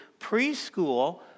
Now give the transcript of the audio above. preschool